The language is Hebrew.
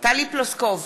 טלי פלוסקוב,